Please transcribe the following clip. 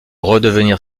redevenir